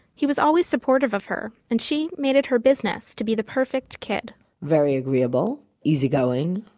he was always supportive of her, and she? made it her business to be the perfect kid very agreeable, easygoing,